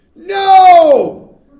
No